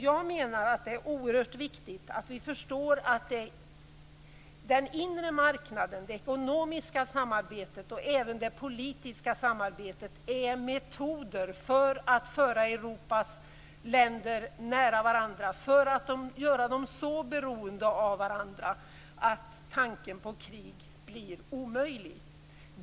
Jag menar att det är oerhört viktigt att vi förstår att den inre marknaden, det ekonomiska samarbetet och även det politiska samarbetet är metoder för att föra Europas länder nära varandra och göra dem så beroende av varandra att tanken på krig blir omöjlig.